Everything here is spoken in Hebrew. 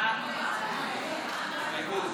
אין הסתייגויות,